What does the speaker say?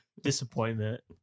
disappointment